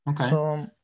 Okay